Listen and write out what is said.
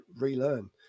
relearn